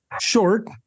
short